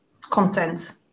content